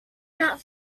not